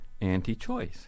anti-choice